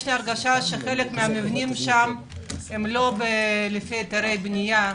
יש לי הרגשה שחלק מהמבנים שם בלי היתרי בנייה.